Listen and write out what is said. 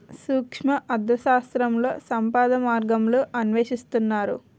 సూక్ష్మ అర్థశాస్త్రంలో సంపద మార్గాలను అన్వేషిస్తారు